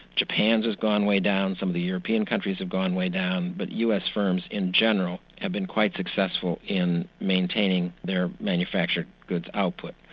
japan's has gone way down, some of the european countries have gone way down, but us firms in general have been quite successful in maintaining their manufactured goods output.